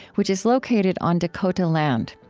which is located on dakota land.